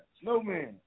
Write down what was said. Snowman